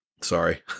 Sorry